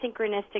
synchronistic